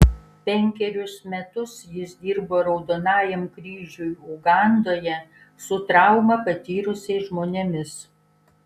penkerius metus jis dirbo raudonajam kryžiui ugandoje su traumą patyrusiais žmonėmis